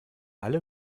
alle